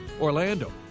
Orlando